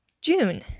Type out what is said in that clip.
june